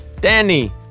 Danny